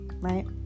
right